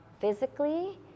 Physically